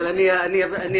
אבל אדלג על זה.